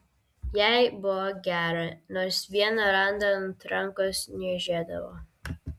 jai buvo gera nors vieną randą ant rankos niežėdavo